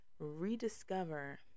rediscover